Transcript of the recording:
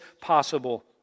possible